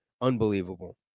Unbelievable